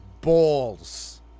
balls